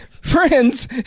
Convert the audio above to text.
friends